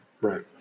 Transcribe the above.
Right